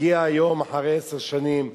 הגיע היום אחרי עשר שנים,